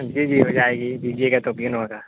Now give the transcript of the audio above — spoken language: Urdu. جی جی ہو جائے گی دیجیے گا تو بین ہوگا